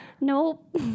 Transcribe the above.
nope